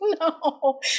No